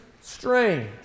strange